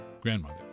Grandmother